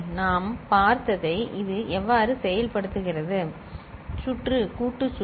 நாம் பார்த்ததை இது எவ்வாறு செயல்படுத்துகிறது சுற்று கூட்டு சுற்று